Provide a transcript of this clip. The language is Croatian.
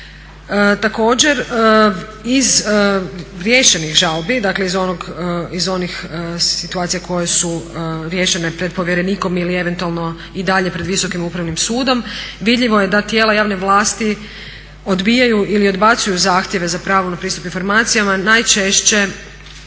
Također iz riješenih žalbi, dakle iz onih situacija koje su riješene pred povjerenikom ili eventualno i dalje pred Visokim upravnim sudom, vidljivo je da tijela javne vlasti odbijaju ili odbacuju zahtjeve za pravo na pristup informacijama, najčešće